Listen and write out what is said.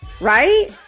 right